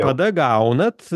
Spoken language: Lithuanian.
tada gaunat